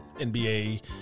NBA